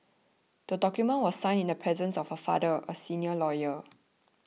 the document was signed in the presence of her father a senior lawyer